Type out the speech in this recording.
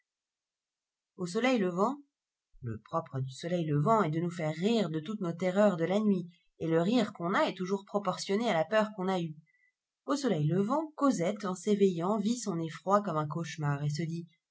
au soleil levant le propre du soleil levant est de nous faire rire de toutes nos terreurs de la nuit et le rire qu'on a est toujours proportionné à la peur qu'on a eue au soleil levant cosette en s'éveillant vit son effroi comme un cauchemar et se dit